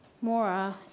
Mora